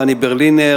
חני ברלינר,